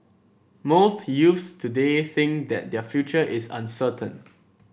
most youths today think that their future is uncertain